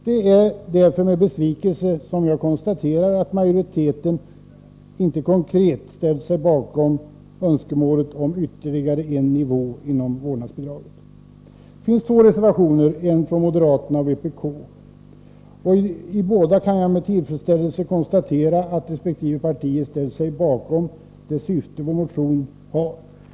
Det är därför med besvikelse som jag konstaterar att utskottets majoritet inte konkret har ställt sig bakom önskemålet om ytterligare en nivå inom vårdbidraget. Det finns två reservationer — en från moderaterna och en från vpk. I båda kan jag med tillfredsställelse konstatera att resp. partier ställt sig bakom det syfte som vår motion har.